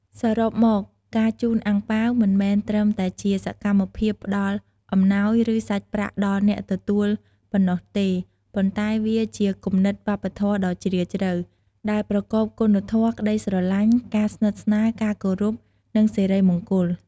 សរុបមក ការជូនអាំងប៉ាវមិនមែនត្រឹមតែជាសកម្មភាពផ្តល់អំណោយ ឬសាច់ប្រាក់ដល់អ្នកទទួលប៉ុណ្ណោះទេ ប៉ុន្តែវាជាគំនិតវប្បធម៌ដ៏ជ្រាលជ្រៅ ដែលប្រកបគុណធម៌ ក្តីស្រឡាញ់ ការស្និទ្ធស្នាល ការគោរព និងសិរីមង្គល។